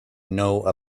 know